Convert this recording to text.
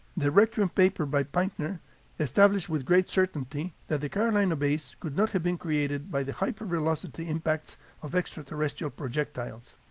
the requiem paper by pinter established with great certainty that the carolina bays could not have been created by the hypervelocity impacts of extraterrestrial projectiles.